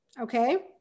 Okay